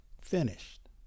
finished